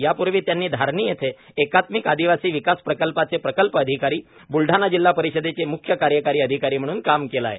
यापूर्वी त्यांनी धारणी येथे एकात्मिक आदिवासी विकास प्रकल्पचे प्रकल्प अधिकारी ब्लडाणा जिल्हा परिषदेचे मुख्य कार्यकारी अधिकारी म्हणून काम केले आहे